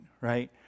right